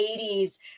80s